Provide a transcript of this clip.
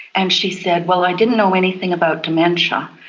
and she said, well, i didn't know anything about dementia,